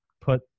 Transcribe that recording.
put